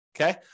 okay